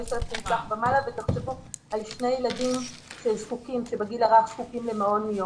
5,000 שקלים ומעלה ותחשבו על שני ילדים בגיל הרך שזקוקים למעון יום.